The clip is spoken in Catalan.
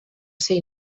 ser